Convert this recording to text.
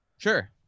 Sure